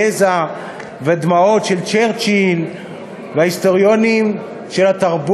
יזע ודמעות" של צ'רצ'יל,